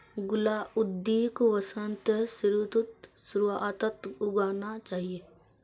गुलाउदीक वसंत ऋतुर शुरुआत्त उगाना चाहिऐ